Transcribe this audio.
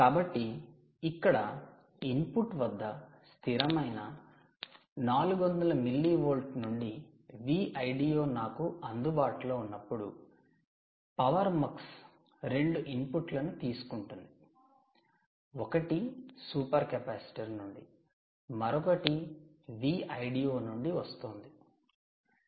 కాబట్టి ఇక్కడ ఇన్పుట్ వద్ద స్థిరమైన 400 మిల్లీవోల్ట్ నుండి Vldo నాకు అందుబాటులో ఉన్నప్పుడు 'పవర్మక్స్ ' రెండు ఇన్పుట్లను తీసుకుంటుంది ఒకటి 'సూపర్ కెపాసిటర్ ' నుండి మరొకటి Vldo నుండి వస్తోంది